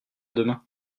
demain